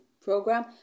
program